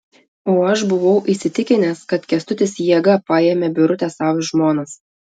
o aš buvau įsitikinęs kad kęstutis jėga paėmė birutę sau į žmonas